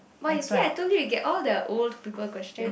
but you see I told you you get all the old people question